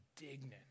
indignant